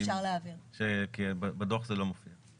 זה לא מופיע בדו"ח אפשר להעביר.